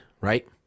right